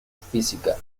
física